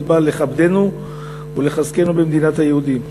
בא לכבדנו ולחזקנו במדינת היהודים.